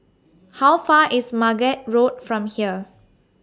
How Far IS Margate Road from here